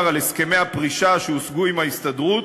על הסכמי הפרישה שהושגו עם ההסתדרות,